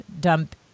dump